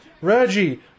Reggie